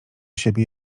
siebie